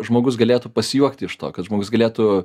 žmogus galėtų pasijuokti iš to kad žmogus galėtų